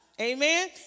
Amen